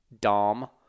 dom